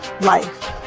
life